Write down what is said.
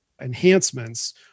enhancements